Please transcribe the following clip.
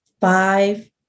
five